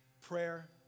Prayer